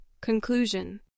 Conclusion